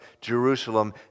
Jerusalem